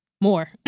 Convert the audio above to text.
more